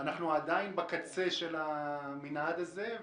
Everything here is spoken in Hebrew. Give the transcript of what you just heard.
אנחנו עדיין בקצה של המנעד הזה,